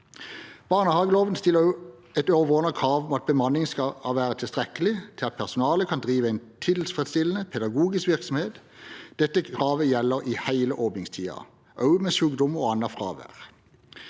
Barnehageloven stiller også et overordnet krav om at bemanningen skal være tilstrekkelig til at personalet kan drive en tilfredsstillende pedagogisk virksomhet. Dette kravet gjelder i hele åpningstiden, også ved sykdom og annet fravær.